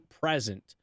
present